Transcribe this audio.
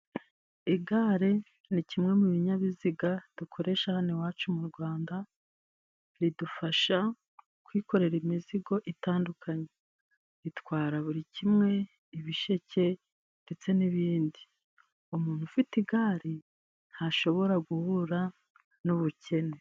Igare, ni kimwe mu binyabiziga dukoresha hano iwacu mu Rwanda, ridufasha kwikorera imizigo itandukanye, itwara buri kimwe, ibisheke ndetse n'ibindi. Umuntu ufite igare ntashobora guhura n'ubukene.